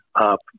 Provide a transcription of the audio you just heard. up